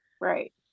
Right